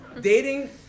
Dating